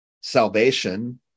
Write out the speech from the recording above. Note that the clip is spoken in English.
salvation